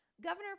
governor